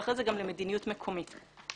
ואחרי זה למדיניות מקומית.